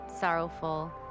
sorrowful